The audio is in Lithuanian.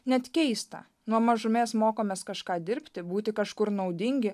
net keista nuo mažumės mokomės kažką dirbti būti kažkur naudingi